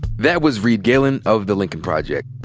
that was reed galen of the lincoln project.